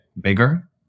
bigger